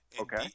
Okay